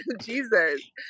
Jesus